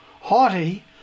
haughty